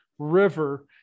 river